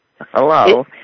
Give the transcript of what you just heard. Hello